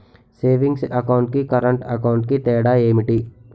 Savings account కి current account కి తేడా ఏమిటి?